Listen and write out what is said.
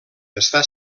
està